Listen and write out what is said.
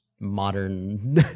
modern